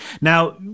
Now